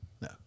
no